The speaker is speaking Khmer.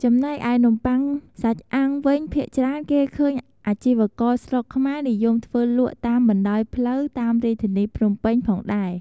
ចំណែកឯនំបុ័ងសាច់អាំងវិញ ភាគច្រើនគេឃើញអាជីករស្រុកខ្មែរនិយមធ្វើលក់តាមបណ្តោយផ្លូវតាមរាជធានីភ្នំពេញផងដែរ។